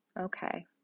okay